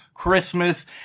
Christmas